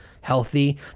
healthy